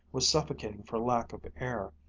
was suffocating for lack of air,